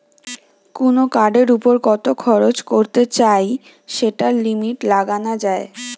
কুনো কার্ডের উপর কত খরচ করতে চাই সেটার লিমিট লাগানা যায়